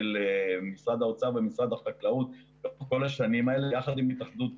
משרד האוצר ומשרד החקלאות במשך כל השנים האלה יחד עם התאחדות